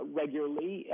regularly